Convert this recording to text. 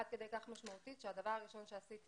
עד כדי כך משמעותית שהדבר הראשון שעשיתי